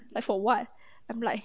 like for what I'm like